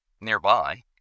nearby